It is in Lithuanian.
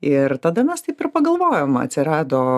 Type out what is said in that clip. ir tada mes taip ir pagalvojom atsirado